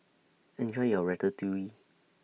Enjoy your Ratatouille